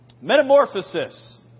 Metamorphosis